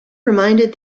reminded